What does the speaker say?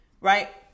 right